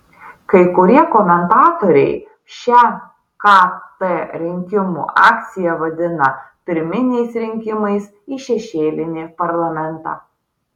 kai kurie komentatoriai šią kt rinkimų akciją vadina pirminiais rinkimais į šešėlinį parlamentą